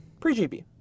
Pre-GB